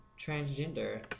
transgender